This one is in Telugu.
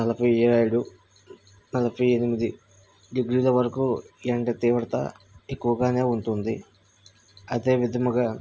నలభై ఏడు నలభై ఎనిమిది డిగ్రీల వరకు ఎండ తీవ్రత ఎక్కువగానే ఉంటుంది అదే విధముగా